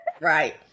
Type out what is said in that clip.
Right